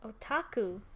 otaku